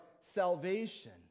salvation